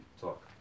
Talk